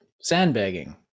sandbagging